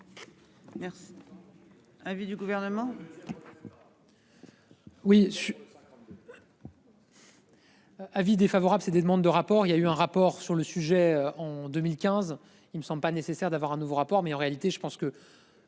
Merci. Avis du gouvernement. Oui.-- Avis défavorable, c'est des demandes de rapport il y a eu un rapport sur le sujet en 2015. Ils ne sont pas nécessaire d'avoir un nouveau rapport mais en réalité, je pense que.